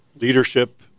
leadership